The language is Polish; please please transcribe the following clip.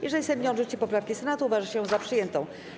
Jeżeli Sejm nie odrzuci poprawki Senatu, uważa się ją za przyjętą.